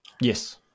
Yes